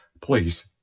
Please